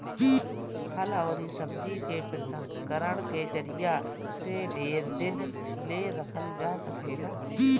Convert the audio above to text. फल अउरी सब्जी के प्रसंस्करण के जरिया से ढेर दिन ले रखल जा सकेला